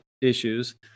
issues